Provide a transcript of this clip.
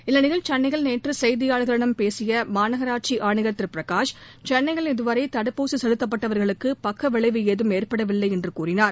இந்நிலையில் சென்னையில் நேற்று செய்தியாளர்களிடம் பேசிய மாநகராட்சி ஆணையர் திரு பிரகாஷ் சென்னையில் இதுவரை தடுப்பூசி செலுத்தப்பட்டவர்களுக்கு பக்கவிளைவு ஏதும் ஏற்படவில்லை என்று கூறினார்